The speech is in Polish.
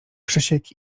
krzysiek